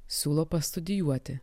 siūlo pastudijuoti